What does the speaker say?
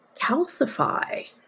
calcify